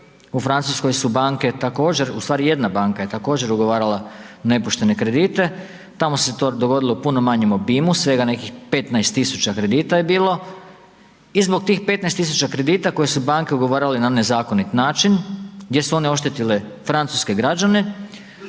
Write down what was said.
u Francuskoj su banke također, u stvari jedna banka je također ugovarala nepoštene kredite, tamo se to dogodilo u puno manjem obimu, svega nekih 15000 kredita je bilo i zbog tih 15000 kredita koje su banke ugovarale na nezakonit način, gdje su one oštetile francuske građane,